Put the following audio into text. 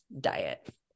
diet